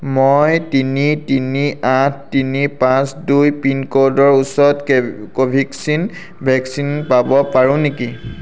মই তিনি তিনি আঠ তিনি পাঁচ দুই পিনক'ডৰ ওচৰত কোভেক্সিন ভেকচিন পাব পাৰোঁ নেকি